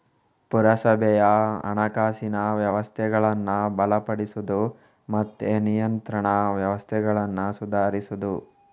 ಪುರಸಭೆಯ ಹಣಕಾಸಿನ ವ್ಯವಸ್ಥೆಗಳನ್ನ ಬಲಪಡಿಸುದು ಮತ್ತೆ ನಿಯಂತ್ರಣ ವ್ಯವಸ್ಥೆಗಳನ್ನ ಸುಧಾರಿಸುದು